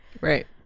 Right